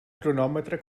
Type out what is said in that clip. cronòmetre